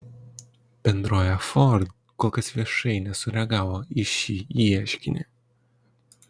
bendrovė ford kol kas viešai nesureagavo į šį ieškinį